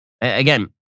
Again